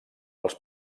els